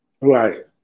Right